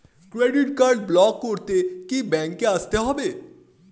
Credit card block করতে কি ব্যাংকে আসতে হবে?